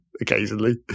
Occasionally